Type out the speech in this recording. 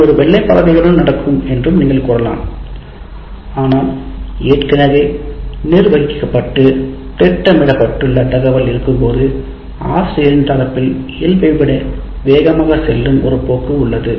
இது ஒரு வெள்ளை பலகையுடன் நடக்கும் என்று நீங்கள் கூறலாம் ஆனால் ஏற்கெனவே நிர்வகிக்கப்பட்டு திட்டமிடப்பட்டுள்ள தகவல் இருக்கும்போது ஆசிரியரின் தரப்பில் இயல்பைவிட வேகமாக செல்லும் ஒரு போக்கு உள்ளது